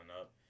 up